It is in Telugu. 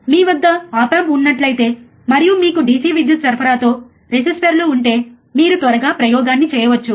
మీ వద్ద ఆప్ ఆంప్ ఉన్నట్లయితే మరియు మీకు DC విద్యుత్ సరఫరాతో రెసిస్టర్లు ఉంటే మీరు త్వరగా ప్రయోగాన్ని చేయవచ్చు